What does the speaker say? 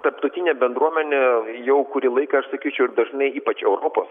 tarptautinė bendruomenė jau kurį laiką sakyčiau ir dažnai ypač europos